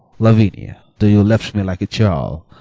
lavinia, though you left me like a churl,